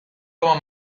como